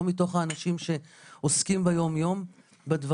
לא מתוך האנשים שעוסקים ביום יום בדברים.